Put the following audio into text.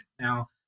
Now